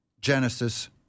Genesis